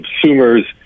consumers